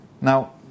Now